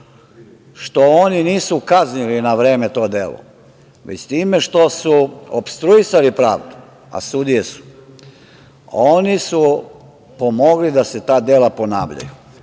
što oni nisu kaznili na vreme to delo, već time što su opstruirali pravdu, a sudije su. Oni su pomogli da se ta dela ponavljaju. Dakle,